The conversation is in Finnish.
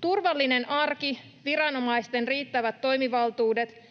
Turvallinen arki, viranomaisten riittävät toimivaltuudet,